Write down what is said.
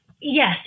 Yes